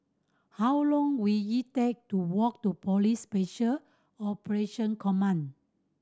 how long will it take to walk to Police Special Operation Command